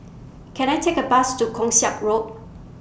Can I Take A Bus to Keong Saik Road